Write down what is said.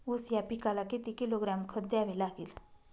ऊस या पिकाला किती किलोग्रॅम खत द्यावे लागेल?